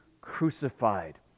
crucified